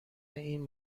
این